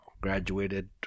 graduated